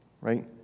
right